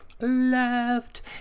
left